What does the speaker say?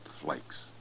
flakes